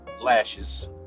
lashes